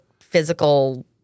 physical